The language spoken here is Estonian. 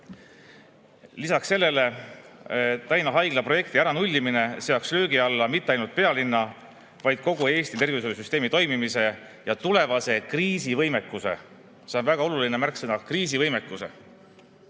Lisaks sellele, Tallinna Haigla projekti äranullimine seaks löögi alla mitte ainult pealinna, vaid kogu Eesti tervishoiusüsteemi toimimise ja tulevase kriisivõimekuse. See on väga oluline märksõna: kriisivõimekus.